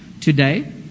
today